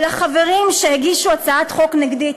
ולחברים שהגישו הצעת חוק נגדית,